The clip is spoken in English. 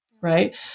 right